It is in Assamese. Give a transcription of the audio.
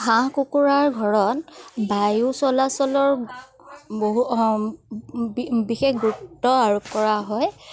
হাঁহ কুকুৰাৰ ঘৰত বায়ু চলাচলৰ বহু বিশেষ গুৰুত্ব আৰোপ কৰা হয়